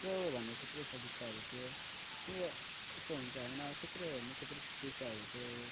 थुप्रोभन्दा थुप्रै सुविस्ताहरू थियो त्यो यस्तो हुन्छ होइन थुप्रै थुप्रै सुविधाहरू थियो